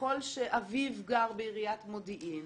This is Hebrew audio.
ככל שאביו גר בעיר מודיעין,